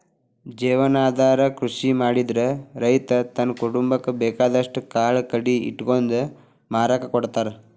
ಜೇವನಾಧಾರ ಕೃಷಿ ಮಾಡಿದ್ರ ರೈತ ತನ್ನ ಕುಟುಂಬಕ್ಕ ಬೇಕಾದಷ್ಟ್ ಕಾಳು ಕಡಿ ಇಟ್ಕೊಂಡು ಮಾರಾಕ ಕೊಡ್ತಾರ